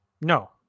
No